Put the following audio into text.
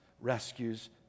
rescues